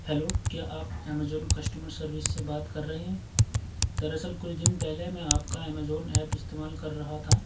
hello کیا آپ Amazon customer service سے بات کر رہے ہیں دراصل کچھ دِن پہلے میں آپ کا امیزون ایپ استعمال کر رہا تھا